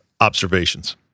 observations